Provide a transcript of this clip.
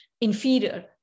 inferior